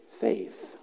faith